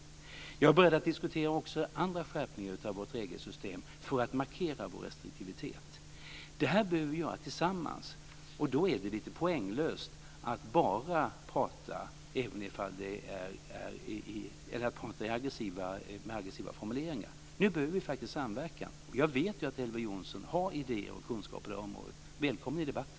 Jag är också beredd att diskutera andra skärpningar av vårt regelsystem för att markera vår restriktivitet. Det här behöver vi göra tillsammans. Då är det lite poänglöst att bara tala med aggressiva formuleringar. Nu behöver vi faktiskt en samverkan, och jag vet att Elver Jonsson har idéer och kunskaper på området. Välkommen i debatten!